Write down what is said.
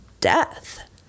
death